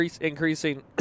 increasing